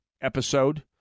episode